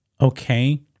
okay